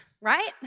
right